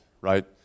right